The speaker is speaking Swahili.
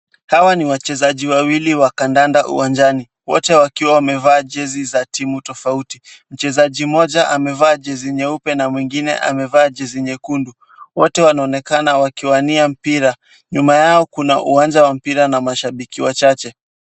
Hawa ni wachezaji wawili wa kandanda uwanjani. Wote wakiwa wamevaa jezi za timu tofauti. Mchezaji mmoja ameva jezi nyeupe na mwingine amevaa jezi nyekundu. Wote wanaonekana wakiwania mpira. Nyuma yao kuna uwanja wa mpira na mashabiki wachache.